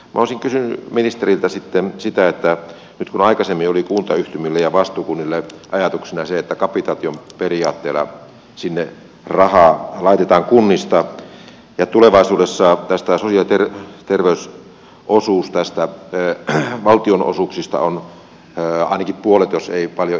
voisi kysyä ministeriltä sitten sitä nyt aikaisemmin oli kuntayhtymillä ja vastuukunnilla ajatuksena se että kapitaation periaatteella sinne rahaa laitetaan kunnista ja tulevaisuudessa sosiaali ja terveystoimen osuus näistä valtionosuuksista on ainakin puolet jos ei paljon isompi